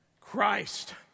Christ